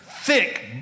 thick